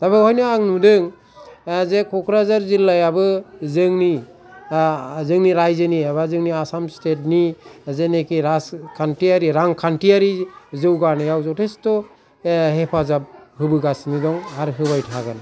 दा बेवहायनो आं नुदों जे क'क्राझार जिल्लायाबो जोंनि जोंनि रायजोनि एबा आसाम स्टेटनि जेनाखि राजखान्थियारि रांखान्थियारि जौगानायाव जथेस्थ' हेफाजाब होबोगासिनो दं आरो होबाय थागोन